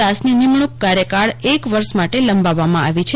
દાસની નિમશૂંક કાર્યકાળ એક વર્ષ માટે લંબાવવામાં આવી છે